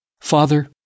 Father